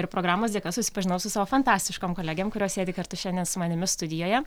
ir programos dėka susipažinau su savo fantastiškam kolegėm kurios sėdi kartu šiandien su manimi studijoje